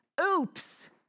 oops